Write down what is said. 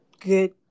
good